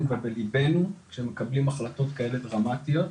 ובליבנו כשמקבלים החלטות כאלה דרמטיות,